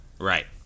Right